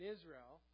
Israel